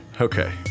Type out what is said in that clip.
Okay